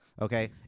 okay